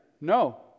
no